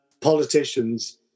politicians